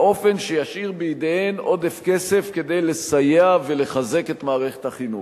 באופן שישאיר בידיהן עודף כסף כדי לסייע ולחזק את מערכת החינוך.